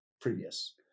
previous